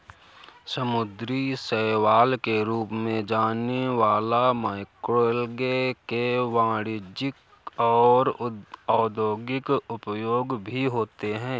समुद्री शैवाल के रूप में जाने वाला मैक्रोएल्गे के वाणिज्यिक और औद्योगिक उपयोग भी होते हैं